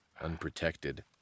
unprotected